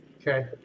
Okay